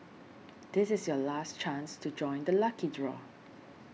this is your last chance to join the lucky draw